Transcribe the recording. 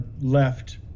left